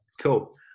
Cool